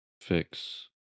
fix